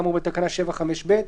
כאמור בתקנה 7(5)(ב)".